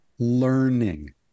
Learning